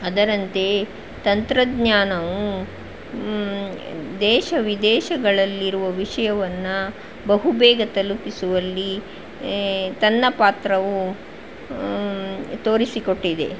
ಅದರಂತೆಯೇ ತಂತ್ರಜ್ಞಾನವು ದೇಶ ವಿದೇಶಗಳಲ್ಲಿರುವ ವಿಷಯವನ್ನು ಬಹುಬೇಗ ತಲುಪಿಸುವಲ್ಲಿ ತನ್ನ ಪಾತ್ರವು ತೋರಿಸಿಕೊಟ್ಟಿದೆ